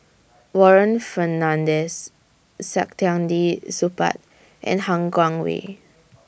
Warren Fernandez Saktiandi Supaat and Han Guangwei